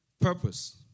purpose